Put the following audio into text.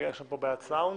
להוסיף.